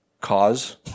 cause